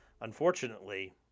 unfortunately